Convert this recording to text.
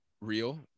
real